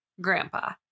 Grandpa